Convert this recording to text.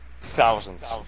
Thousands